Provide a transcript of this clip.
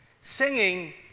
Singing